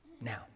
now